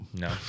No